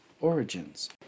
origins